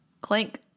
Clink